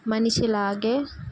మనిషిలాగ